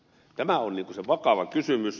tämä on se vakava kysymys